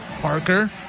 Parker